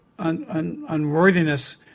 unworthiness